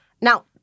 Now